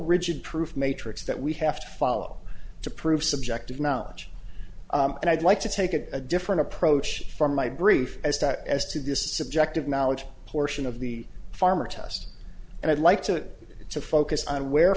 rigid proof matrix that we have to follow to prove subjective knowledge and i'd like to take it a different approach from my brief as that as to the subjective knowledge portion of the farmer test and i'd like to to focus on where